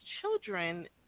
children